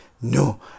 No